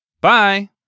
bye